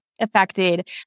affected